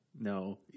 No